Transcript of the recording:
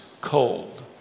cold